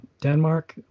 Denmark